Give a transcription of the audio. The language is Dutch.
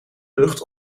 lucht